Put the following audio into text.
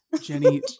Jenny